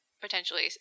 potentially